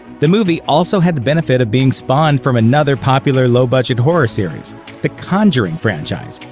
the movie also had the benefit of being spawned from another popular, low-budget horror series the conjuring franchise,